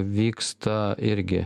vyksta irgi